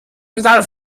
metall